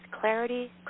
clarity